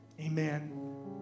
Amen